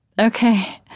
Okay